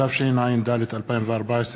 התשע"ד 2014,